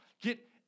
get